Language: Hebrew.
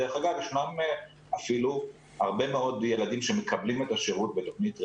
דרך אגב יש הרבה מאוד ילדים שמקבלים את השירות בתוכנית רעים,